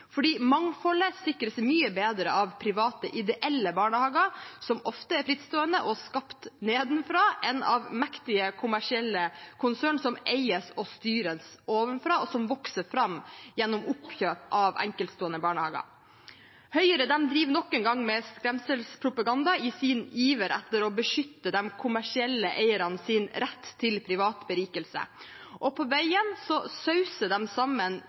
Mangfoldet sikres mye bedre av private ideelle barnehager, som ofte er frittstående og skapt nedenfra, enn av mektige kommersielle konserner, som eies og styres ovenfra, og som vokser fram gjennom oppkjøp av enkeltstående barnehager. Høyre driver nok en gang med skremselspropaganda i sin iver etter å beskytte de kommersielle eiernes rett til privat berikelse, og på veien sauser de sammen